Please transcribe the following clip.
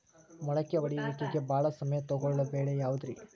ಮೊಳಕೆ ಒಡೆಯುವಿಕೆಗೆ ಭಾಳ ಸಮಯ ತೊಗೊಳ್ಳೋ ಬೆಳೆ ಯಾವುದ್ರೇ?